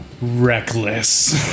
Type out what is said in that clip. Reckless